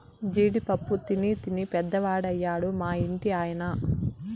జీడి పప్పు తినీ తినీ పెద్దవాడయ్యాడు మా ఇంటి ఆయన